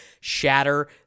shatter